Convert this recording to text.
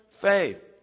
faith